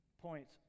Points